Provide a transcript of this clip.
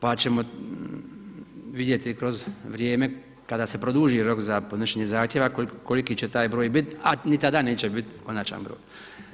Pa ćemo vidjeti kroz vrijeme kada se produži rok za podnošenje zahtjeva koliki će taj broj biti, a ni tada neće biti konačan broj.